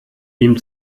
ihnen